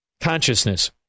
consciousness